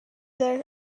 their